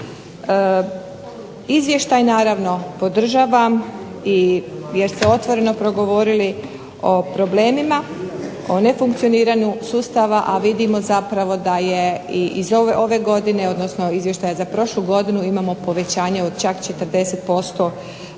Izvještaj naravno podržavam jer ste otvoreno progovorili o problemima, o nefunkcioniranju sustava, a vidimo zapravo da je iz ove godine, odnosno izvještaja za prošlu godinu imamo povećanje od čak 40%